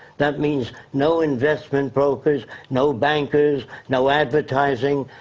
that means, no investment brokers, no bankers, no advertising.